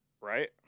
Right